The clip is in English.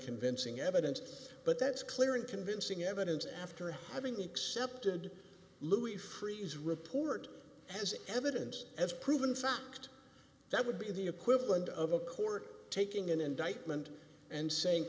convincing evidence but that's clear and convincing evidence after having accepted louis freeh his report as evidence as proven fact that would be the equivalent of a court taking an indictment and say